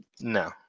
No